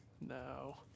No